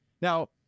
Now